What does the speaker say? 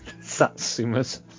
Satsumas